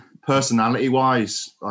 Personality-wise